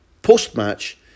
Post-match